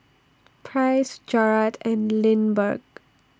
Price Jarad and Lindbergh